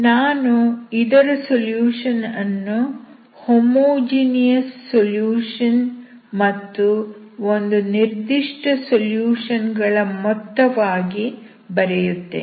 ನಾನು ಇದರ ಸೊಲ್ಯೂಷನ್ ಅನ್ನು ಹೋಮೋಜೀನಿಯಸ್ ಸೊಲ್ಯೂಷನ್ ಮತ್ತು ಒಂದು ನಿರ್ದಿಷ್ಟ ಸೊಲ್ಯೂಷನ್ ಗಳ ಮೊತ್ತವಾಗಿ ಬರೆಯುತ್ತೇನೆ